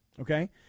Okay